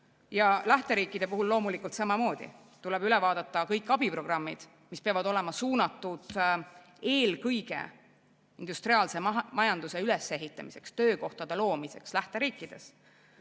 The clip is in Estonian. Ja lähteriikide puhul loomulikult samamoodi tuleb üle vaadata kõik abiprogrammid, mis peavad olema suunatud eelkõige just reaalse majanduse ülesehitamisele, töökohtade loomisele lähteriikides,